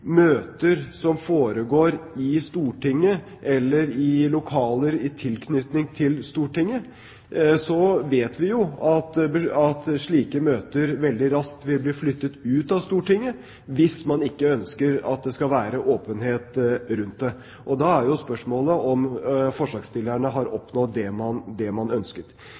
Stortinget, vet vi at slike møter veldig raskt vil bli flyttet ut av Stortinget hvis man ikke ønsker at det skal være åpenhet rundt det. Da er spørsmålet om forslagsstillerne har oppnådd det man ønsket. I tillegg er det